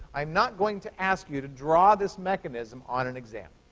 i am not going to ask you to draw this mechanism on an exam.